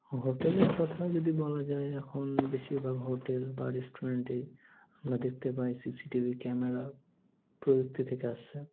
হোটেলের কথা যদি বলা যায় এখন বেশিরভাগ হোটেল বা রেস্টুরেন্টেই আমরা দেখতে পাই C C T V camera প্রযুক্তি থেকে আসছে